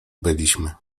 byliśmy